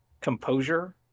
composure